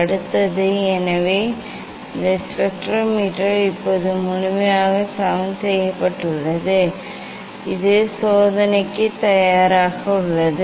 அடுத்தது எனவே இந்த ஸ்பெக்ட்ரோமீட்டர் இப்போது முழுமையாக சமன் செய்யப்பட்டுள்ளது இது சோதனைக்கு தயாராக உள்ளது